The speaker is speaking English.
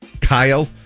Kyle